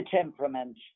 temperament